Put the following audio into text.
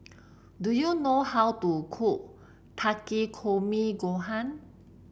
do you know how to cook Takikomi Gohan